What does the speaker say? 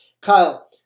Kyle